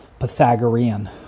pythagorean